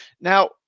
now